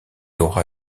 aura